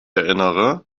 erinnere